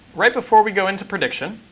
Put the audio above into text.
right before we go into prediction,